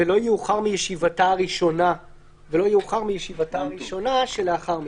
ולא יאוחר מישיבתה הראשונה שלאחר מכן.